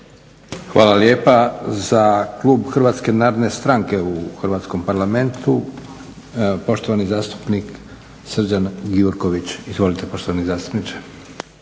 Hvala lijepa. Za Klub Hrvatske narodne stranke u hrvatskom Parlamentu poštovani zastupnik Srđan Gjurković. Izvolite poštovani zastupniče.